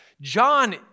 John